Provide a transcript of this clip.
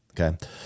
Okay